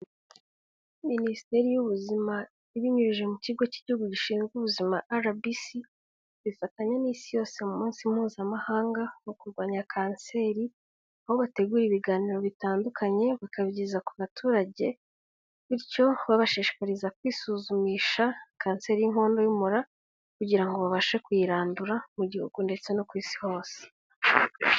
Minisiteri y'ubuzima ibinyujije mu kigo cy'igihugu gishinzwe ubuzima rbc, bifatanya n'isi yose mu munsi mpuzamahanga wo kurwanya kanseri, aho bategura ibiganiro bitandukanye bakabigeza ku baturage, bityo babashishikariza kwisuzumisha kanseri y'inkondo y'umura, kugira ngo babashe kuyirandura mu gihugu ndetse no ku isi hose.